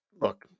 look